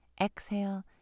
Exhale